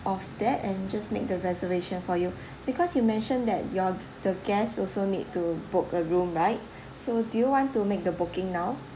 of that and just make the reservation for you because you mentioned that your the guest also need to book a room right so do you want to make the booking now